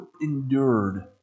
endured